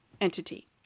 entity